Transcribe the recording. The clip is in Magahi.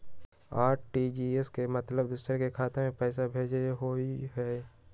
आर.टी.जी.एस के मतलब दूसरे के खाता में पईसा भेजे होअ हई?